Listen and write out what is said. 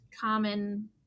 common